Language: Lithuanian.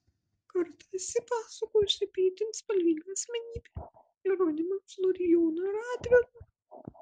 kartą esi pasakojusi apie itin spalvingą asmenybę jeronimą florijoną radvilą